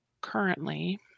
currently